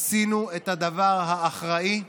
עשינו את הדבר האחראי,